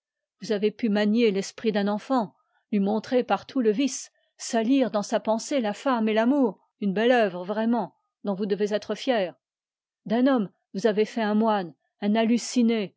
vous avez pu manier l'esprit d'un enfant lui montrer partout le vice salir dans sa pensée la femme et l'amour une belle œuvre vraiment dont vous devez être fier d'un homme vous aviez fait un moine